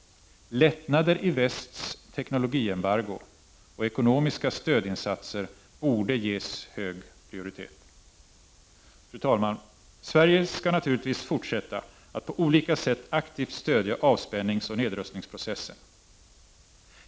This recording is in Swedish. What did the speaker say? Lättnader i västs teknologiembargo och ekonomiska stödinsatser borde ges hög prioritet. Fru talman! Sverige skall naturligtvis fortsätta att på olika sätt aktivt 49 stödja avspänningsoch nedrustningsprocessen.